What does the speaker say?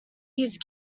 use